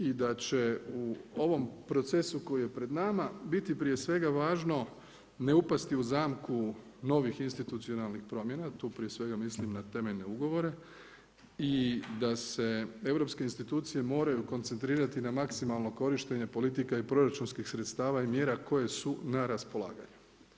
I da će u ovom procesu koji je pred nama biti prije svega važno ne upasti u zamku novih institucionalnih promjena, tu prije svega mislim na temeljne ugovore i da se europske institucije moraju koncentrirati na maksimalno korištenje politika i proračunskih sredstava i mjera koje su na raspolaganju.